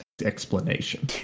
explanation